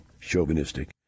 chauvinistic